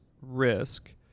risk